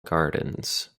gardens